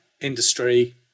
industry